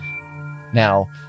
now